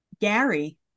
Gary